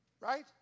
Right